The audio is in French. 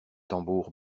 tambour